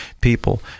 people